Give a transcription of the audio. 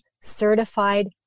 certified